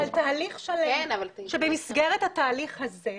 זה תהליך שלם שבמסגרת התהליך הזה,